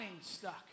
stuck